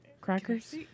Crackers